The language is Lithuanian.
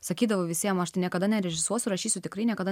sakydavau visiem aš tai niekada nerežisuosiu rašysiu tikrai niekada